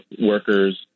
workers